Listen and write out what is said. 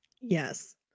yes